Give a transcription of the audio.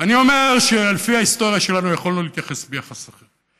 אני אומר שלפי ההיסטוריה שלנו יכולנו להתייחס אליהם ביחס אחר.